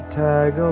tag